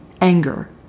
anger